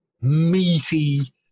meaty